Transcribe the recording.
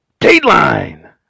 Dateline